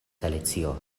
alicio